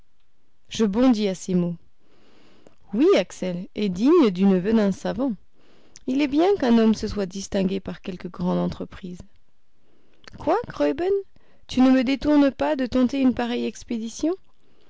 je bondis à ces mots oui axel et digne du neveu d'un savant il est bien qu'un homme se soit distingué par quelque grande entreprise quoi graüben tu ne me détournes pas de tenter une pareille expédition